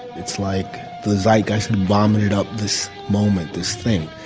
it's like the zygotes bomb made up this moment, this thing.